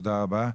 תודה רבה.